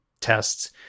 tests